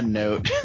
note